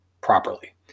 properly